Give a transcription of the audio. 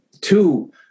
two